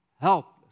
helpless